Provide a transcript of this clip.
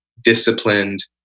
disciplined